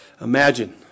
imagine